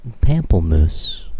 Pamplemousse